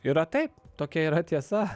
yra taip tokia yra tiesa